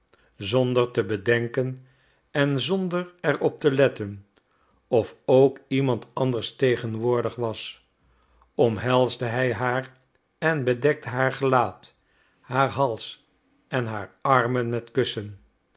zonder te bedenken en zonder er op te letten of ook iemand anders tegenwoordig was omhelsde hij haar en bedekte haar gelaat haar hals en haar armen met kussen